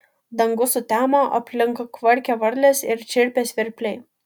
dangus sutemo aplink kvarkė varlės ir čirpė svirpliai